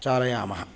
चालयामः